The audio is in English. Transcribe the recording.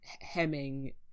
hemming